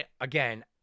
Again